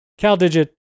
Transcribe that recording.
CalDigit